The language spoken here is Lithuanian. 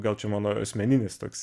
gal čia mano asmeninis toks